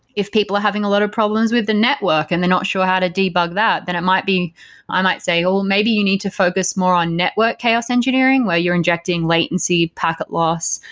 if people are having a lot of problems with the network and they're not sure how to debug that, then it might be i might say, ah well, maybe you need to focus more on network chaos engineering, where you're injecting latency, packet loss,